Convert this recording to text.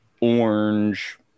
orange